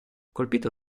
colpito